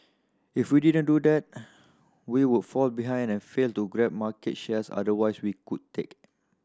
if we didn't do that we would fall behind and fail to grab market shares otherwise we could take